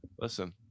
Listen